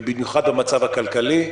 ובמיוחד במצב הכלכלי,